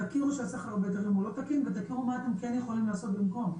תכירו שהסחר בהיתרים הוא לא תקין ותכירו מה אתם כן יכולים לעשות במקום.